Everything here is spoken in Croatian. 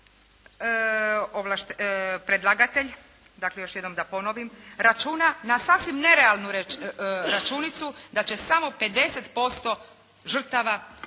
predlagatelj, dakle da još jednom ponovim, računa na sasvim nerealnu računicu, da će samo 50% žrtava